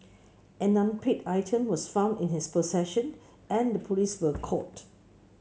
an unpaid item was found in his possession and the police were called